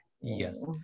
Yes